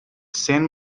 san